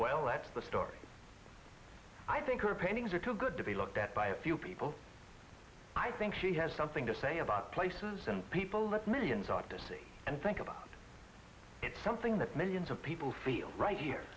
well that's the story i think her paintings are too good to be looked at by a few people i think she has something to say about places and people that millions ought to see and think about it's something that millions of people feel right here